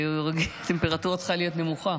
הטמפרטורה צריכה להיות נמוכה.